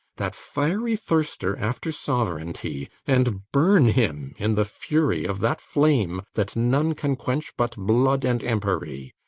that fiery thirster after sovereignty, and burn him in the fury of that flame that none can quench but blood and empery.